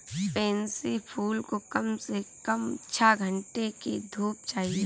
pansy फूल को कम से कम छह घण्टे की धूप चाहिए